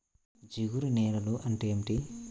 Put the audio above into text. జిగురు నేలలు అంటే ఏమిటీ?